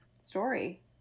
story